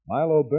Milo